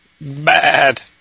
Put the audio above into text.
Bad